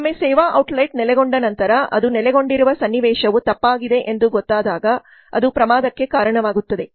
ಒಮ್ಮೆ ಸೇವಾ ಔಟ್ಲೆಟ್ ನೆಲೆಗೊಂಡ ನಂತರ ಅದು ನೆಲೆಗೊಂಡಿರುವ ಸನ್ನಿವೇಶವು ತಪ್ಪಾಗಿದೆ ಎಂದು ಗೊತ್ತಾದಾಗ ಅದು ಪ್ರಮಾದಕ್ಕೆ ಕಾರಣವಾಗುತ್ತದೆ